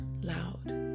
loud